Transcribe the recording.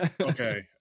Okay